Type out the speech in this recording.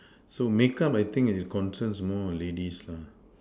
so make up I think it concerns more ladies